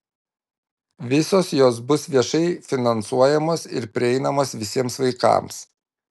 visos jos bus viešai finansuojamos ir prieinamos visiems vaikams